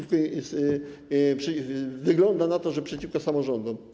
Wygląda na to, że przeciwko samorządom.